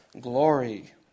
glory